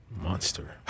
Monster